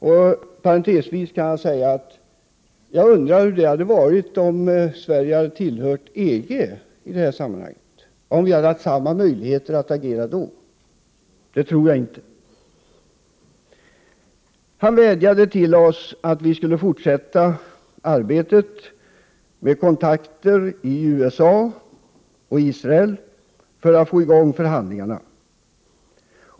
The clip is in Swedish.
Jag kan, inom parentes, säga att jag undrar hur det hade varit i detta sammanhang om Sverige tillhört EG, om vi hade haft samma möjligheter att agera då. Det tror jag inte. Yassir Arafat vädjade till oss att vi skulle fortsätta arbetet med kontakter i USA och Israel för att få i gång förhandlingarna.